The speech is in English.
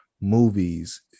movies